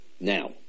Now